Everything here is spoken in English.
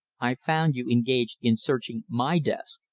i found you engaged in searching my desk.